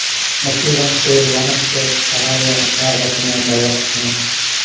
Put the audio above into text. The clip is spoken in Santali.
ᱱᱚᱠᱨᱤ ᱵᱟᱝᱞᱛᱮ ᱞᱟᱦᱟ ᱥᱮᱫ ᱯᱟᱲᱦᱟᱣ ᱨᱮᱭᱟᱜ ᱫᱟᱣ ᱵᱟᱠᱚ ᱧᱟᱢ ᱫᱟᱲᱮᱭᱟᱜ ᱠᱟᱱᱟ